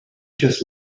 just